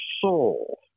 soul